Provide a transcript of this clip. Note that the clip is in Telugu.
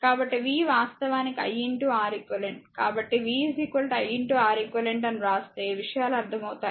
కాబట్టి v వాస్తవానికి i Req కాబట్టి v iReq అని వ్రాస్తే విషయాలు అర్ధమవుతాయి